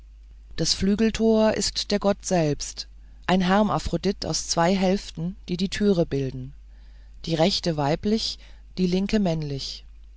das flügeltor ist der gott selbst ein hermaphrodit aus zwei hälften die die türe bilden die rechte weiblich die linke männlich